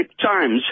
Times